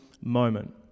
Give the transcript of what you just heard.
moment